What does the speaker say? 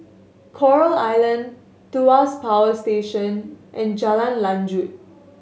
Coral Island Tuas Power Station and Jalan Lanjut